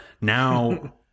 now